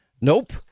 Nope